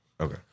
Okay